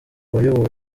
wayobowe